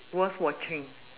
worth watching